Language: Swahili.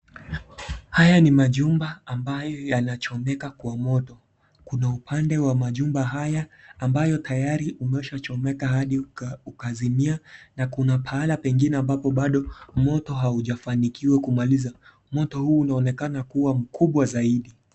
Haya ni majumba ambayo yanachomeka kwa moto. Kuna upande wa majumba haya ambayo tayari ushachomeka hadi uka ukazimia na kuna pahala pengine ambapo bado moto haujafanikiwa kumaliza. Moto huu unaonekana kuwa mkubwa zaidi.